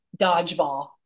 dodgeball